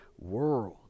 world